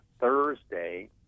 Thursday